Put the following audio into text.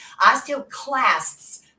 osteoclasts